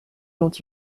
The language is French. dont